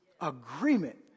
agreement